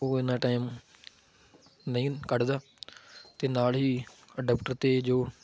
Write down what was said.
ਉਹ ਇੰਨਾ ਟਾਈਮ ਨਹੀਂ ਕੱਢਦਾ ਅਤੇ ਨਾਲ ਹੀ ਅਡਾਪਟਰ ਅਤੇ ਜੋ